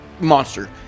monster